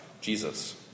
Jesus